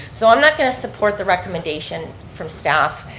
so i'm not going to support the recommendation from staff,